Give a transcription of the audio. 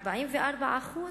44%